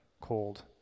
cold